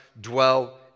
dwell